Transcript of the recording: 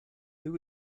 who